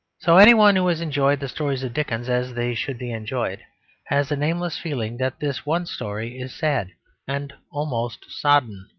so any one who has enjoyed the stories of dickens as they should be enjoyed has a nameless feeling that this one story is sad and almost sodden.